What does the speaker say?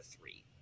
three